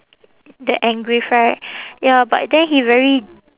the engrave right ya but then he very